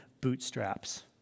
bootstraps